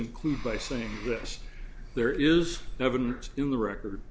conclude by saying this there is no evidence in the record